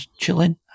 chilling